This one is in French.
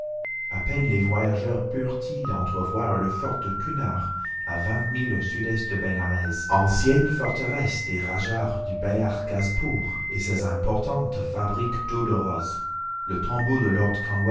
a peine les voyageurs purent ils entrevoir le fort de chunar à vingt milles au sud-est de bénarès ancienne forteresse des rajahs du béhar ghazepour et ses importantes fabriques d'eau de rose le tombeau de lord